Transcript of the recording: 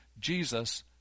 Jesus